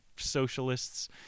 socialists